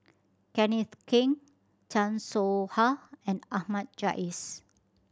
Kenneth Keng Chan Soh Ha and Ahmad Jais